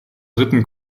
dritten